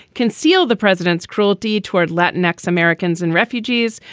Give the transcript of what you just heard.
conceal the president's cruelty toward latin next americans and refugees,